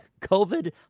COVID